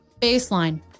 baseline